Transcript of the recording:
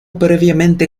previamente